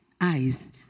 eyes